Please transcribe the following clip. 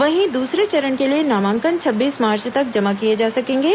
वहीं दूसरे चरण के लिए नामांकन छब्बीस मार्च तक जमा किये जा सकेंगे